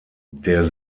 der